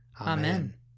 Amen